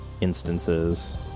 Instances